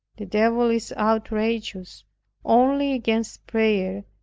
the devil is outrageous only against prayer,